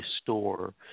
store